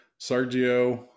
Sergio